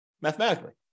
mathematically